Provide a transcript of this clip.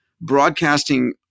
broadcasting